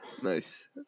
nice